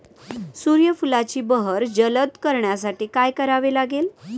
सूर्यफुलाची बहर जलद करण्यासाठी काय करावे लागेल?